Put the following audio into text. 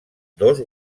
dos